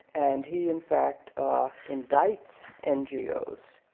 and he in fact indicts ngos,